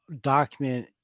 document